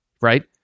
right